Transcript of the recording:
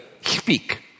speak